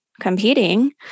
competing